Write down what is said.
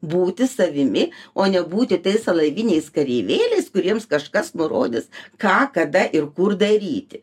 būti savimi o nebūti tais alaviniais kareivėliais kuriems kažkas nurodys ką kada ir kur daryti